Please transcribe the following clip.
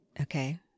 okay